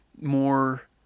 more